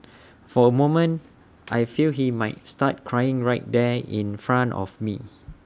for A moment I feel he might start crying right there in front of me